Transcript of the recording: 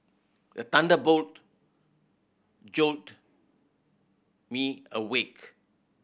the thunder boat jolt me awake